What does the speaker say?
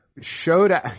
Showed